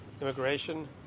immigration